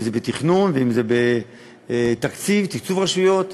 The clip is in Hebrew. אם בתכנון ואם בתקצוב רשויות.